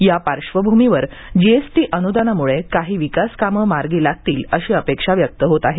या पार्श्वभूमीवर जीएसटी अनुदानामुळे काही विकास कामे मार्गी लागतील अशी अपेक्षा व्यक्त होत आहे